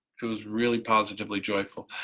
it was really positively joyful.